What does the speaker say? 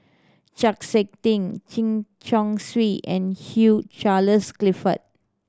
Chng Seok Tin Chen Chong Swee and Hugh Charles Clifford